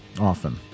often